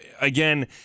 Again